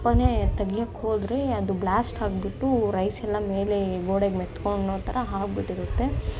ಟಪ್ಪನೆ ತೆಗಿಯೋಕ್ಕೋದ್ರೆ ಅದು ಬ್ಲಾಸ್ಟ್ ಆಗಿಬಿಟ್ಟು ರೈಸೆಲ್ಲ ಮೇಲೆ ಗೋಡೆಗೆ ಮೇತ್ಕೊಳ್ಳೋ ಥರ ಆಗ್ಬಿಟ್ಟಿರುತ್ತೆ